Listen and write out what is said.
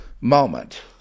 moment